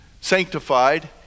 sanctified